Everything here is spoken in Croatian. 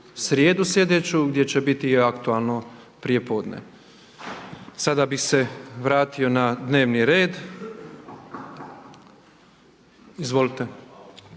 srijedu sljedeću gdje će biti i aktualno prijepodne. Sada bih se vratio na dnevni red. Izvolite.